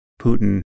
Putin